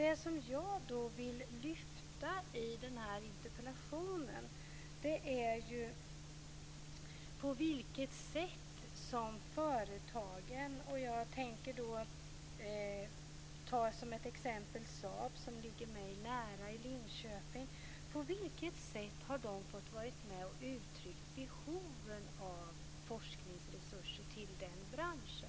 Det som jag vill lyfta fram i denna interpellation är ju på vilket sätt som företagen - som exempel tänker jag då ta SAAB som ligger mig nära i Linköping - har fått vara med och uttrycka behoven av forskningsresurser till den branschen.